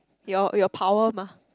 your your power mah